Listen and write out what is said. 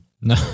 No